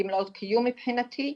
גמלאות קיום מבחינתי,